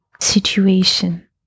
situation